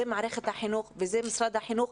זה מערכת החינוך וזה משרד החינוך,